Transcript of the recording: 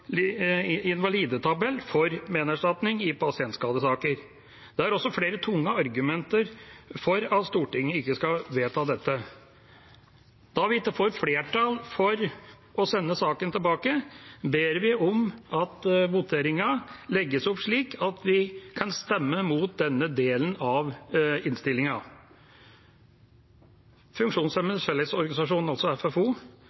for menerstatning i pasientskadesaker. Det er også flere tunge argumenter for at Stortinget ikke skal vedta dette. Da vi ikke får flertall for å sende saken tilbake, ber vi om at voteringen legges opp slik at vi kan stemme mot denne delen av